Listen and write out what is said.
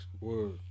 Word